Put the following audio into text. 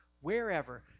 wherever